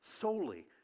solely